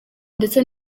ndetse